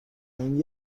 این